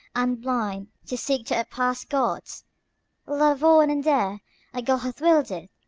and blind, to seek to outpass gods love on and dare a god hath willed it!